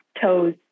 Toes